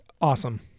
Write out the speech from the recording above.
awesome